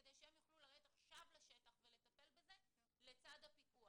כדי שהם יוכלו לרדת עכשיו לשטח ולטפל בזה לצד הפיקוח,